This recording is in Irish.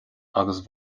agus